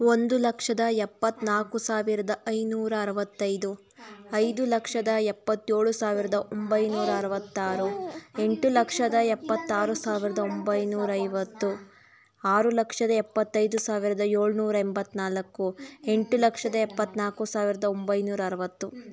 ಒಂದು ಲಕ್ಷದ ಎಪ್ಪತ್ತ್ನಾಲ್ಕು ಸಾವಿರದ ಐನೂರ ಅರುವತ್ತೈದು ಐದು ಲಕ್ಷದ ಎಪ್ಪತ್ತೇಳು ಸಾವಿರದ ಒಂಬೈನೂರ ಅರುವತ್ತಾರು ಎಂಟು ಲಕ್ಷದ ಎಪ್ಪತ್ತಾರು ಸಾವಿರದ ಒಂಬೈನೂರ ಐವತ್ತು ಆರು ಲಕ್ಷದ ಎಪ್ಪತ್ತೈದು ಸಾವಿರದ ಏಳ್ನೂರ ಎಂಬತ್ತ್ನಾಲ್ಕು ಎಂಟು ಲಕ್ಷದ ಎಪ್ಪತ್ತ್ನಾಲ್ಕು ಸಾವಿರದ ಒಂಬೈನೂರ ಅರುವತ್ತು